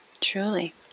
truly